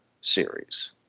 series